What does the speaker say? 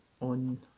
on